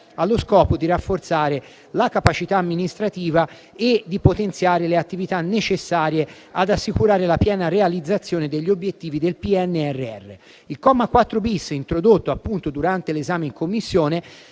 allo scopo di rafforzare la capacità amministrativa e di potenziare le attività necessarie ad assicurare la piena realizzazione degli obiettivi del PNRR. Il comma 4-*bis,* introdotto durante l'esame in Commissione,